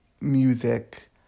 music